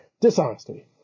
dishonesty